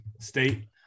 State